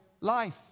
life